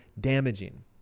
damaging